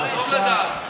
פתאום אתה ממהר להצבעה.